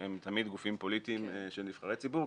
שהן תמיד גופים פוליטיים של נבחרי ציבור,